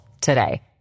today